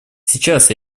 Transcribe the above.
сейчас